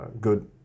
good